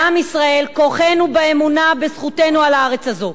לעם ישראל: כוחנו באמונה בזכותנו על הארץ הזו,